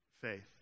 faith